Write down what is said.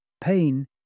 Pain